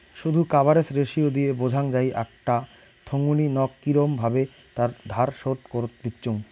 শুধ coverage ratio দিয়ে বোঝাং যাই আকটা থোঙনি নক কিরম ভাবে তার ধার শোধ করত পিচ্চুঙ